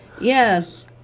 Yes